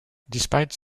despite